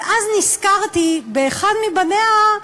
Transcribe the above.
אבל אז נזכרתי באחד מבניה,